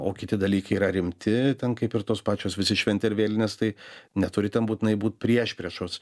o kiti dalykai yra rimti ten kaip ir tos pačios visi šventi ar vėlinės tai neturi ten būtinai būt priešpriešos